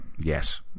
Yes